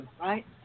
right